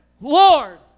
Lord